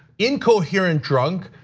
incoherent drunk.